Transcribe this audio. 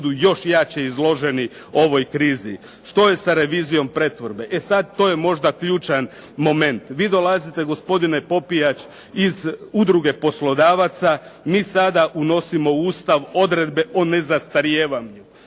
još jače izloženi ovoj krizi. Što je sa revizijom pretvorbe? E sad to je možda ključan moment. Vi dolazite gospodine Popijač iz Udruge poslodavaca. Mi sada unosimo u Ustav odredbe o nezastarijevanju